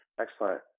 Excellent